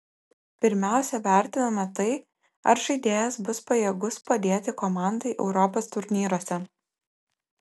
pirmiausia vertiname tai ar žaidėjas bus pajėgus padėti komandai europos turnyruose